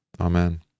Amen